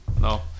no